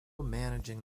managing